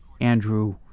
Andrew